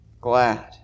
glad